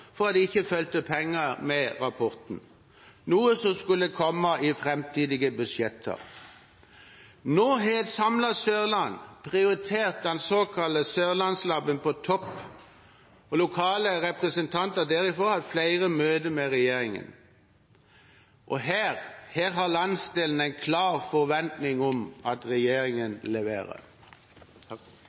for at det ikke fulgte penger med rapporten, noe som skulle komme i framtidige budsjetter. Nå har et samlet sørland prioritert den såkalte Sørlandslaben på topp, og lokale representanter derifra har hatt flere møter med regjeringen. Her har landsdelen en klar forventning om at regjeringen leverer.